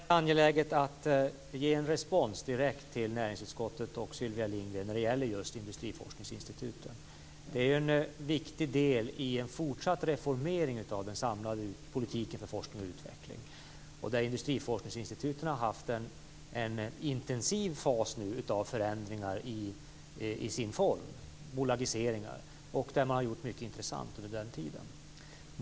Fru talman! Det känns angeläget att ge en direkt respons till näringsutskottet och Sylvia Lindgren när det gäller just industriforskningsinstituten. Det är en viktig del i en fortsatt reformering av den samlade politiken för forskning och utveckling. Industriforskningsinstituten har haft en intensiv fas av förändringar i sin form, bl.a. bolagiseringar. Man har gjort mycket intressant under den tiden.